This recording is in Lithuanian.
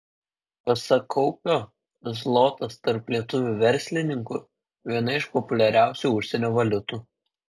pasak kaupio zlotas tarp lietuvių verslininkų viena iš populiariausių užsienio valiutų